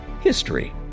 history